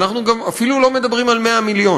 אנחנו אפילו לא מדברים על 100 מיליון.